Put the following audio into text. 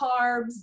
carbs